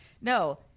No